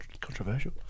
Controversial